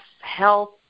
health